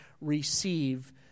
receive